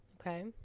Okay